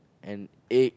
and egg